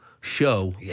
show